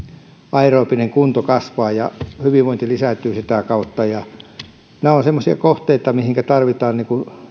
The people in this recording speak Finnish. aerobinen kunto kasvaa ja hyvinvointi lisääntyy sitä kautta nämä ovat semmoisia kohteita mihinkä tarvitaan